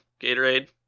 gatorade